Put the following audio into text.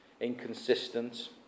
inconsistent